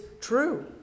true